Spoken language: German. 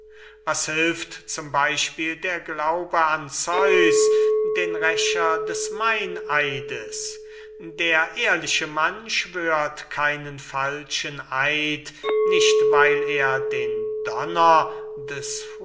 was hilft z b der glaube an zeus den rächer des meineides der ehrliche mann schwört keinen falschen eid nicht weil er den donner des